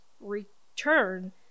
return